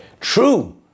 True